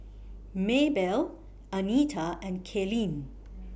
Maebelle Anita and Kaylene